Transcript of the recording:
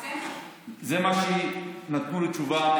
אתה אומר שנחתם הסכם?